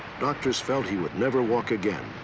doctors felt he would never walk again.